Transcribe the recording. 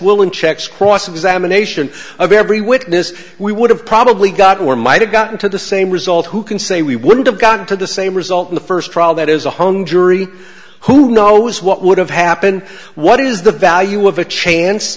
willing checks cross examination of every witness we would have probably got or might have gotten to the same result who can say we wouldn't have gotten to the same result in the first trial that is a hung jury who knows what would have happened what is the value of a chance